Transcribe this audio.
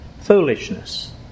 Foolishness